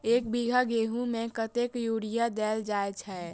एक बीघा गेंहूँ मे कतेक यूरिया देल जाय छै?